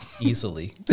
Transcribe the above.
easily